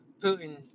Putin